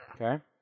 Okay